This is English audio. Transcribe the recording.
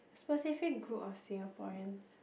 specific group of Singaporeans